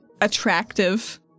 attractive